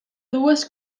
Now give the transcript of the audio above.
dues